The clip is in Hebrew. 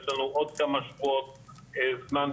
יש עוד כמה שבועות להיערך.